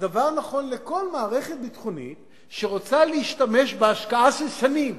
והדבר נכון לכל מערכת ביטחונית שרוצה להשתמש בהשקעה של שנים